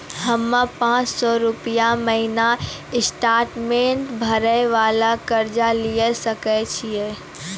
हम्मय पांच सौ रुपिया महीना इंस्टॉलमेंट भरे वाला कर्जा लिये सकय छियै?